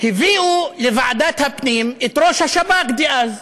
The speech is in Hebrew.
הביאו לוועדת הפנים את ראש השב"כ דאז,